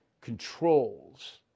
controls